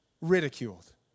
ridiculed